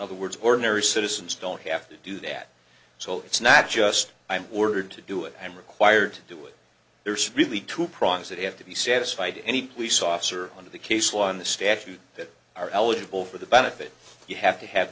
other words ordinary citizens don't have to do that so it's not just i'm ordered to do it i'm required to do it there's really two prongs that have to be satisfied any police officer under the case law on the statute that are eligible for the benefit you have to have